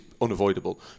unavoidable